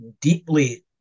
deeply